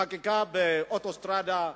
חקיקה באוטוסטרדה,